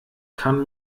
kann